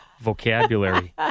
vocabulary